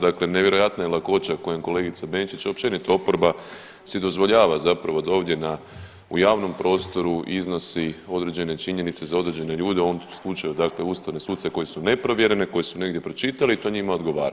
Dakle, nevjerojatna je lakoća kojom kolegica Benčić, općenito oporba si dozvoljava zapravo da ovdje u javnom prostoru iznosi određene činjenice za određene ljude, u ovom slučaju dakle ustavne suce koje su neprovjerene, koje su negdje pročitali i to njima odgovara.